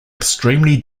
extremely